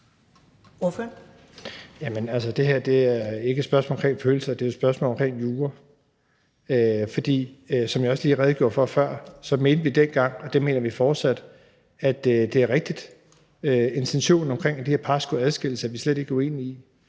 det her er ikke et spørgsmål om følelser; det er jo et spørgsmål om jura. For som jeg også lige redegjorde for før, mente vi dengang, og det mener vi fortsat, at det er rigtigt. Intentionen om, at de her par skulle adskilles, er vi slet ikke uenige i.